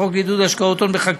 והחוק לעידוד השקעות הון בחקלאות,